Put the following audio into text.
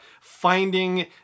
finding